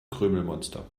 krümelmonster